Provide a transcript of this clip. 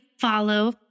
follow